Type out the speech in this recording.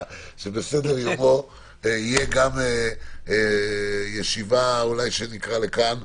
שבסדר יומו תהיה גם ישיבה שבה נזמין לכאן,